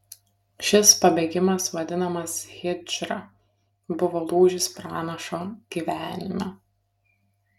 šis pabėgimas vadinamas hidžra buvo lūžis pranašo gyvenime